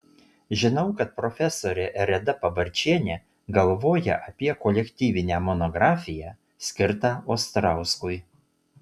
žinau kad profesorė reda pabarčienė galvoja apie kolektyvinę monografiją skirtą ostrauskui